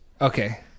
Okay